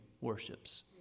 worships